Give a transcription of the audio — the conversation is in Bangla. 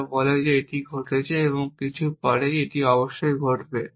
যা বলে যে এটি ঘটেছে এবং কিছু সময় পরেই এটি অবশ্যই ঘটেছে